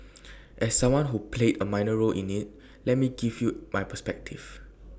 as someone who played A minor role in IT let me give you my perspective